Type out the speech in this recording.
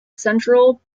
central